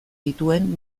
dituen